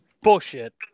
Bullshit